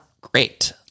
great